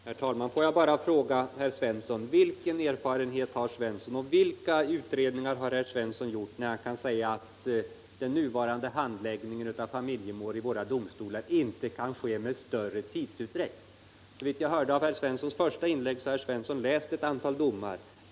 Herr talman! Jag måste bara fråga: Vilka erfarenheter har herr Svensson i Malmö och vilka utredningar har herr Svensson gjort eftersom han kan säga att den nuvarande handläggningen av familjemål i våra domstolar är så långsam att den inte kan ske med större tidsutdräkt än för närvarande? Såvitt jag hörde av herr Svenssons första inlägg har herr Svensson läst ett antal domar.